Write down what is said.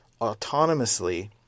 autonomously